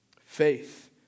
faith